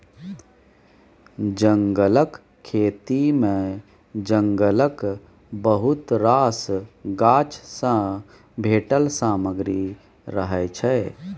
जंगलक खेती मे जंगलक बहुत रास गाछ सँ भेटल सामग्री रहय छै